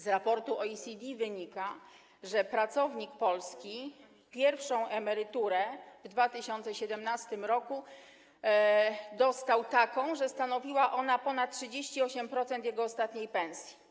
Z raportu OECD wynika, że polski pracownik pierwszą emeryturę w 2017 r. dostał taką, że stanowiła ona ponad 38% jego ostatniej pensji.